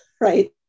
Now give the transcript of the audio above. right